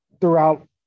throughout